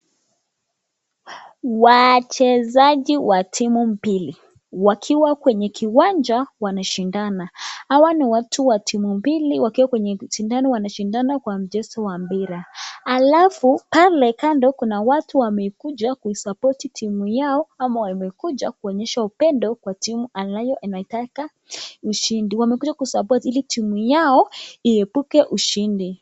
Wachezaji wa timu mbili, wakiwa kwenye kiwanja wanashindana. Hawa ni watu wa timu mbili wakiwa kwenye mshindanoi wanashindana kwa mchezo wa mpira. Alafu, kale kando kuna watu wamekuja kuisapoti timu yao ama wamekuja kuonyesha upendo kwa timu anayo inaitaka ushindi. Wamekuja kusappota ili timu yao ili iepuke ushindi.